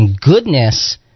goodness